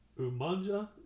Umanja